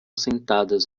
sentadas